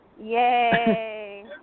Yay